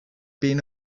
being